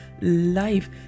life